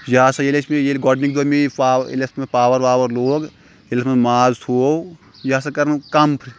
یہِ ہسا یہِ ییٚلہِ اسہِ مےٚ یہِ ییٚلہِ گۄڈنِکہِ دۄہ مےٚ یہِ پاوَ ییٚلہِ اَتھ مےٚ یِہ پاوَر واوَر لوگ ییٚلہِ اَتھ منٛز ماز تھوٚو یہِ ہسا کَرنو کَم